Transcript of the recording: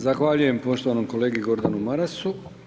Zahvaljujem poštovanom kolegi Gordanu Marasu.